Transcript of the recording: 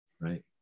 Right